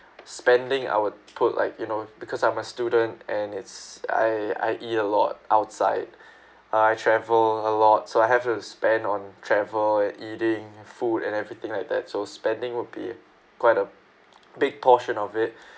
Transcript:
spending I would put like you know because I'm a student and it's I I eat a lot outside I travel a lot so I have to spend on travel eating food and everything like that so spending will be quite a big portion of it